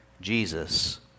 Jesus